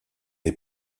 les